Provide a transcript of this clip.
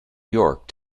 york